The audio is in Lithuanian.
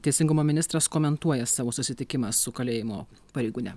teisingumo ministras komentuoja savo susitikimą su kalėjimo pareigūne